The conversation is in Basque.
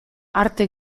arte